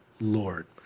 Lord